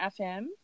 FM